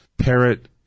parrot